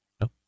No